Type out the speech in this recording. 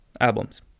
albums